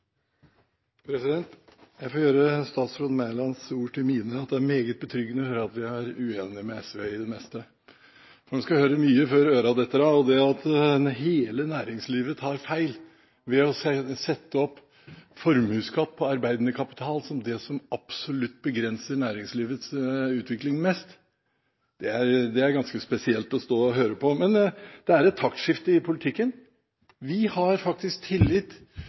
fra. Jeg får gjøre statsråd Mælands ord til mine, at det er meget betryggende å høre at vi er uenige med SV i det meste. En skal høre mye før ørene detter av, og det at hele næringslivet tar feil ved at en setter opp formuesskatt på arbeidende kapital som det som absolutt begrenser næringslivets utvikling mest, er ganske spesielt å stå og høre på. Men det er et taktskifte i politikken. Vi har faktisk tillit